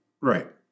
Right